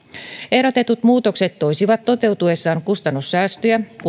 ehdotetut muutokset toisivat toteutuessaan kustannussäästöjä kun